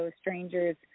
strangers